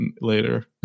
later